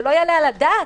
זה לא יעלה על הדעת.